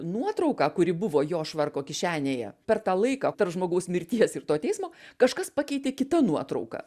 nuotrauką kuri buvo jo švarko kišenėje per tą laiką tarp žmogaus mirties ir to teismo kažkas pakeitė kita nuotrauka